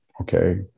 okay